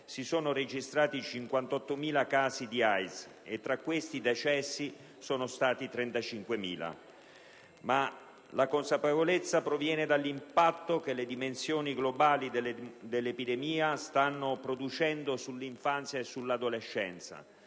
si sono registrati 58.000 casi di AIDS e, tra questi, i decessi sono stati 35.000. Ma la consapevolezza proviene anche dall'impatto che le dimensioni globali dell'epidemia stanno producendo sull'infanzia e sull'adolescenza,